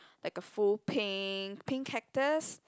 like a full pink pink cactus